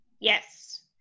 Yes